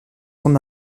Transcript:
son